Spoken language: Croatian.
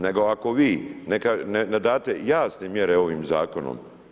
Nego ako vi ne date jasne mjere ovim zakonom.